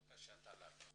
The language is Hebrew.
אני רוצה לומר כי